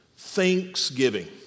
Thanksgiving